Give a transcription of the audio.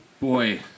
Boy